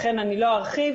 לכן אני לא ארחיב.